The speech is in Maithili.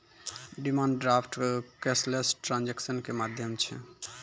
डिमान्ड ड्राफ्ट कैशलेश ट्रांजेक्सन के माध्यम छै